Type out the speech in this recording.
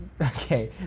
Okay